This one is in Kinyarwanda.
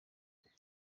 reba